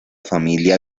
familia